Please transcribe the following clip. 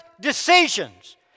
decisions